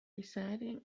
deciding